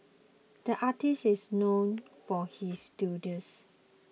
the artist is known for his doodles